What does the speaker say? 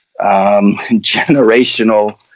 generational